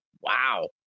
wow